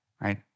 right